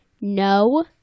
no